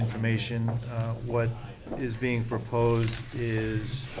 information on what is being proposed is